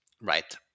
right